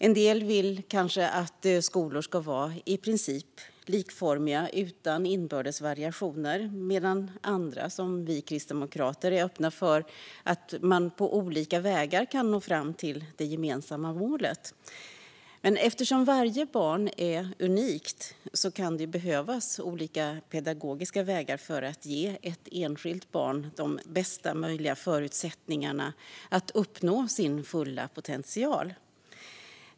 En del vill kanske att skolor ska vara i princip likformiga, utan inbördes variationer, medan andra, som vi kristdemokrater, är öppna för att man på olika vägar kan nå fram till det gemensamma målet. Eftersom varje barn är unikt kan det ju behövas olika pedagogiska vägar för att ge ett enskilt barn de bästa möjliga förutsättningarna att uppnå sin fulla potential.